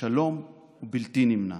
השלום הוא בלתי נמנע.